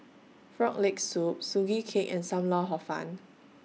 Frog Leg Soup Sugee Cake and SAM Lau Hor Fun